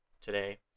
today